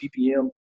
PPM